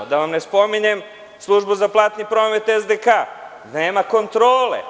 Da vam ne spominjem službu za platni promet SDK, nema kontrole.